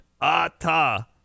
Ata